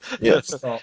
Yes